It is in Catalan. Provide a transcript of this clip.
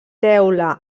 teula